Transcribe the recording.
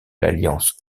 l’alliance